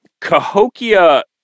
Cahokia